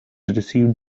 received